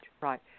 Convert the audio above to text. right